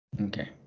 Okay